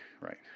right